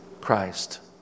Christ